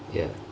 ya